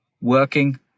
working